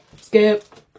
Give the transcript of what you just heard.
Skip